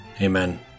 Amen